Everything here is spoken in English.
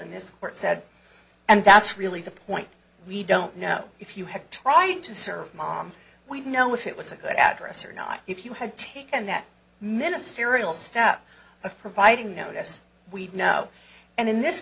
in this court said and that's really the point we don't know if you have tried to serve mom we know if it was a good address or not if you had taken that ministerial step of providing notice we'd know and in this